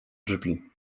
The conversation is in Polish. drzwi